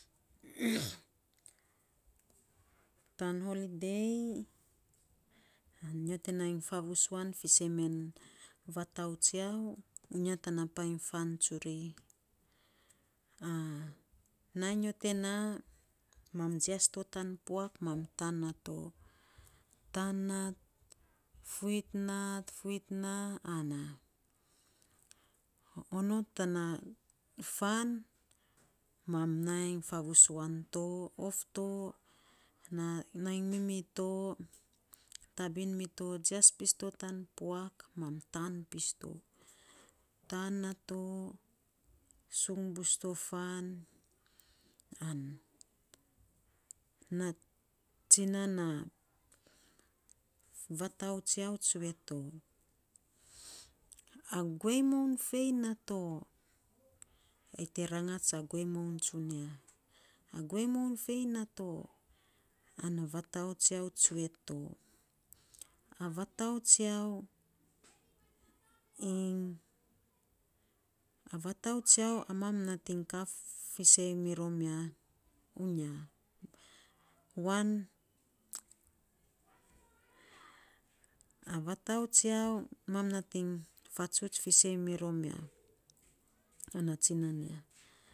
tan holide, nyo te nai favusuan fiisen men vatau tsiau, uya tana painy tsuri nainy nyo te naa, mam jias to tan puak mam taan nato taan naa, fuwit naa fuwit naa ana onot tana fan mam nai favusuan to, of to nai mimi to tabin mito, jias pis to tan puak mam taan pis to, taan na, sung bs to fan an na tsinan na vatau tsiau tsue to a guei moun fei nato? Ai te rangats a guei moun tsunia, ana vatau tsiau tsue to, a vatau tsiau iny, a vatau tsiau mam natiny kaa fiisen mirom uya one vatau tsiau mam natiny fatsuts fiisen mirom ya, tsue e tsinan ya.